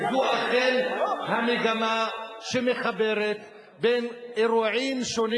וזו אכן המגמה שמחברת בין אירועים שונים